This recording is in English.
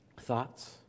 Thoughts